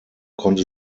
konnte